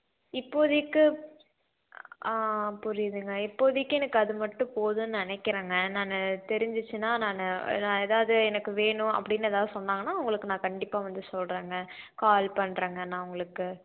இப்போதைக்கு ஆ புரியுதுங்க இப்போதைக்கு எனக்கு அது மட்டும் போதும்னு நினக்கிறேங்க நான் தெரிஞ்சிச்சுன்னா நான் நான் எதாவது எனக்கு வேணும் அப்படின்னா எதாவது சொன்னாங்கன்னா உங்களுக்கு நான் கண்டிப்பாக வந்து சொல்லுறேங்க கால் பண்ணுறேங்க நான் உங்களுக்கு